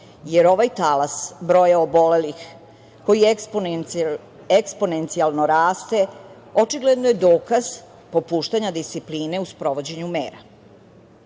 jer ovaj talas broja obolelih koji eksponencijalno raste očigledno je dokaz popuštanja discipline u sprovođenju mera.